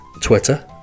Twitter